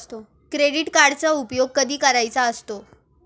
Credit कार्डचा उपयोग कधी करायचा असतो?